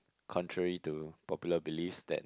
contrary to popular belief that